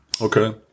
Okay